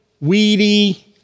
weedy